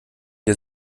wir